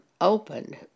opened